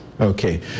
Okay